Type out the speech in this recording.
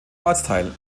ortsteil